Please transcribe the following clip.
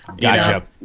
Gotcha